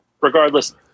Regardless